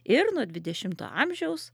ir nuo dvidešimto amžiaus